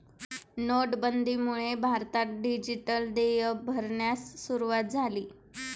नोटाबंदीमुळे भारतात डिजिटल देय भरण्यास सुरूवात झाली